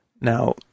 Now